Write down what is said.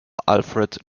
alfred